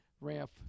ramp